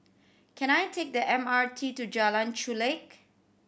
can I take the M R T to Jalan Chulek